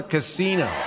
Casino